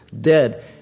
Dead